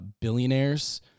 billionaires